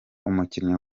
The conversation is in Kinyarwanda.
umukunzi